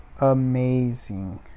amazing